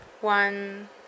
one